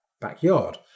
backyard